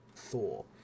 thor